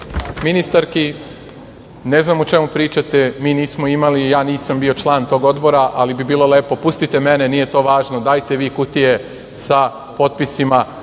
ministarki, ne znam o čemu pričate. Ja nisam bio član tog odbora, ali bi bilo lepo, pustite mene, nije to važno, dajte vi kutije sa potpisima,